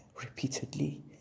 repeatedly